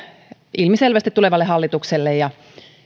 ilmiselvästi tulevalle hallitukselle ja